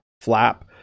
Flap